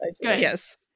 Yes